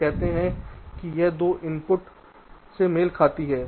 हम कहते हैं कि यह दो इनपुट NAND से मेल खाती है